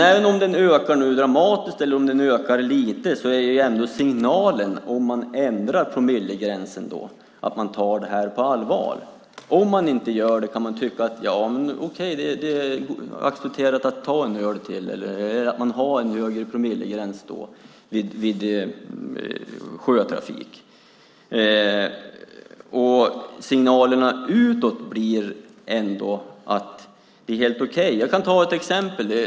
Även om det nu ökar dramatiskt eller lite är ändå signalen om man ändrar promillegränsen att man tar det på allvar. Om man inte gör det kan människor tycka att det är accepterat att ta en öl till eller ha en högre promillegräns vid sjötrafik. Signalerna utåt blir att det är helt okej. Jag kan ta ett exempel.